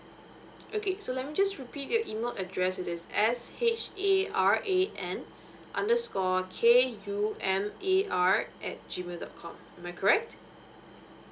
okay so let me just repeat your email address is it S H A R A N underscore K U M A R at G_M_A_I_L dot com am I correct